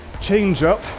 change-up